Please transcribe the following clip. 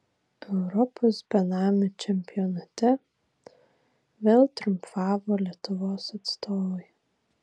europos benamių čempionate vėl triumfavo lietuvos atstovai